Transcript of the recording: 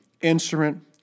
instrument